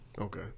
Okay